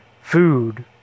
Food